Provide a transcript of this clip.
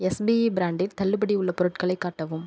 SBE பிராண்டில் தள்ளுபடி உள்ள பொருட்களை காட்டவும்